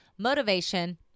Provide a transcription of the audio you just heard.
motivation